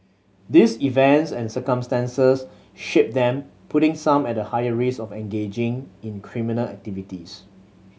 these events and circumstances shape them putting some at a higher risk of engaging in criminal activities